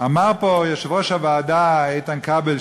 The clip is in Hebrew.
אמר פה יושב-ראש הוועדה איתן כבל,